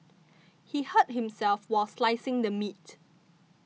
he hurt himself while slicing the meat